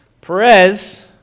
Perez